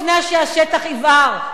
לפני שהשטח יבער,